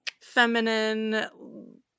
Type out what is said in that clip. feminine